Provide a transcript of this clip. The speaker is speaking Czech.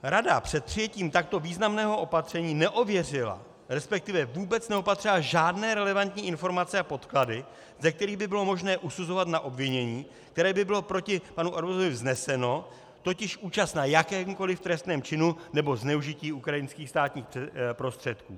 Rada před přijetím takto významného opatření neověřila, resp. vůbec neopatřila žádné relevantní informace a podklady, ze kterých by bylo možné usuzovat na obvinění, které by bylo proti panu Arbuzovovi vzneseno, totiž účast na jakémkoliv trestném činu nebo zneužití ukrajinských státních prostředků.